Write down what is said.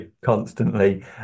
constantly